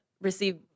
receive